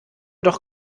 doch